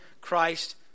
Christ